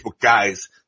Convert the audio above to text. guys